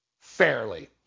fairly